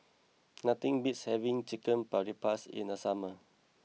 nothing beats having Chicken Paprikas in the summer